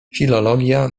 filologia